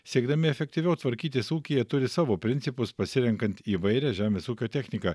siekdami efektyviau tvarkytis ūkyje turi savo principus pasirenkant įvairią žemės ūkio techniką